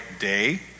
day